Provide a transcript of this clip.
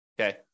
Okay